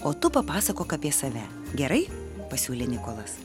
o tu papasakok apie save gerai pasiūlė nikolas